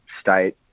State